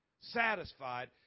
satisfied